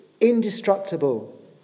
indestructible